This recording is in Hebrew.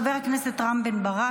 חבר הכנסת רם בן ברק,